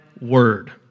word